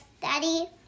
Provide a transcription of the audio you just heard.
Daddy